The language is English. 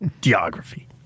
Geography